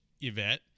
Yvette